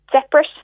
separate